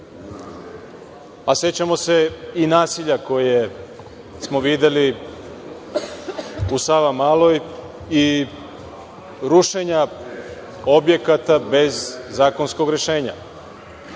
a sećamo se i nasilja koje smo videli u Savamaloj i rušenja objekata bez zakonskog rešenja.